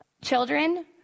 children